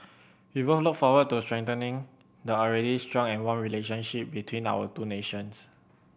we both look forward to strengthening the already strong and warm relationship between our two nations